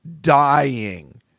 dying